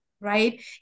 Right